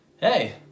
Hey